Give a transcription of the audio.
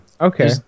Okay